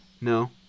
No